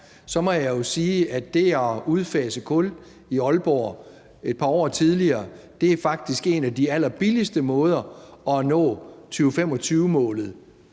er, må jeg jo sige, at det at udfase kul i Aalborg et par år tidligere faktisk er en af de allerbilligste måder at nå 2025-målet